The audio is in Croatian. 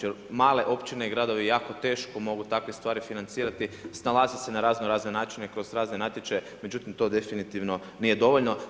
Jer male općine i gradovi jako teško mogu takve stvari financirati, snalaziti se kroz raznorazne načine i kroz razne natječaje, međutim to definitivno nije dovoljno.